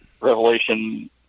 Revelation